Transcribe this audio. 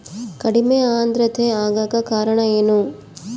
ಕಡಿಮೆ ಆಂದ್ರತೆ ಆಗಕ ಕಾರಣ ಏನು?